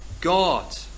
God